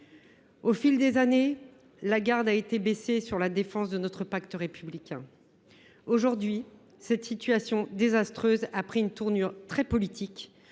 Au fil des années, on a baissé la garde sur la défense du pacte républicain. Aujourd’hui, cette situation désastreuse a pris une tournure très politique,